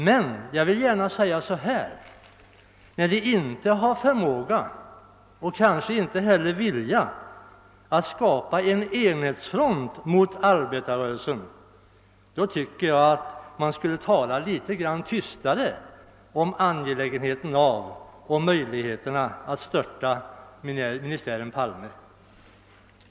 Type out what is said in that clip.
Men när de inte har förmågan och kanske inte heller viljan att skapa en enhetsfront mot arbetarrörelsen tycker jag att de skall tala litet tystare om angelägenheten av och möjligheterna för att störta ministären Palme.